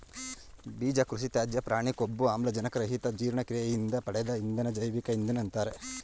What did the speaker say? ಬೀಜ ಕೃಷಿತ್ಯಾಜ್ಯ ಪ್ರಾಣಿ ಕೊಬ್ಬು ಆಮ್ಲಜನಕ ರಹಿತ ಜೀರ್ಣಕ್ರಿಯೆಯಿಂದ ಪಡೆದ ಇಂಧನ ಜೈವಿಕ ಇಂಧನ ಅಂತಾರೆ